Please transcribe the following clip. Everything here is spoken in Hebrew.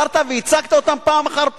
וחזרת והצגת אותן פעם אחר פעם.